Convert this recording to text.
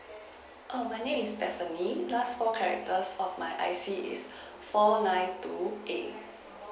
err my name is stephanie last four character of my I_C is four nine two A